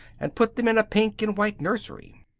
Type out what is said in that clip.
and put them in a pink-and-white nursery.